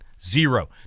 zero